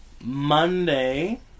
Monday